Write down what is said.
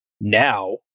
Now